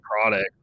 product